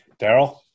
Daryl